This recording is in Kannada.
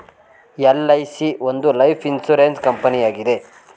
ಎಲ್.ಐ.ಸಿ ಒಂದು ಲೈಫ್ ಇನ್ಸೂರೆನ್ಸ್ ಕಂಪನಿಯಾಗಿದೆ